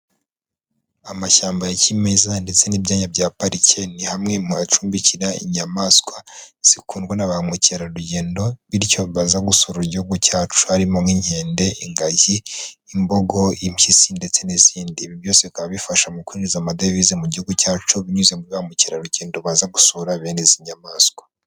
Amashyamba ya kimeza ndetse n'ibyanya bya parike, ni hamwe mu hacumbikira inyamaswa zikundwa na ba mukerarugendo, bityo baza gusura igihugu cyacu, harimo: nk'inkende, ingagi, imbogo, impyisi, ndetse n'izindi. Ibi byose bikaba bifasha mu kwinjiza amadevize mu gihugu cyacu binyuze muri ba mukerarugendo baza gusura bene izi nyamaswa.